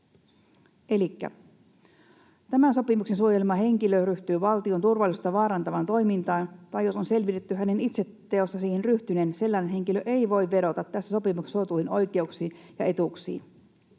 ”tämän sopimuksen suojelema henkilö ryhtyy valtion turvallisuutta vaarantavaan toimintaan, tai jos on selvitetty hänen itse teossa siihen ryhtyneen, sellainen henkilö ei voi vedota tässä sopimuksessa suotuihin oikeuksiin ja etuuksiin”.